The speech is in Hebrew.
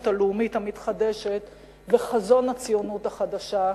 הלאומית המתחדשת וחזון הציונות החדשה,